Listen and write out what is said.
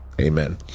Amen